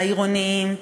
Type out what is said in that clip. העירוניים,